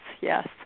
yes